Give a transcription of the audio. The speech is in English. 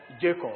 Jacob